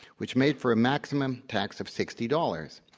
which made for a maximum tax of sixty dollars.